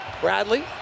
Bradley